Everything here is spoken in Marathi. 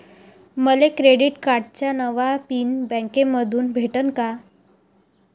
मले क्रेडिट कार्डाचा नवा पिन बँकेमंधून भेटन का?